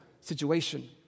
situation